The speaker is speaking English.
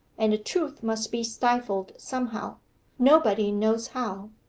and the truth must be stifled somehow nobody knows how.